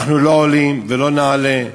אנחנו לא עולים ולא נעלה.